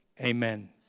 amen